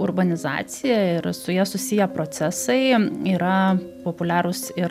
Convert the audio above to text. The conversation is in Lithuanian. urbanizacija ir su ja susiję procesai yra populiarūs ir